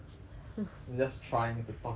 I'm just trying to talk it out man don't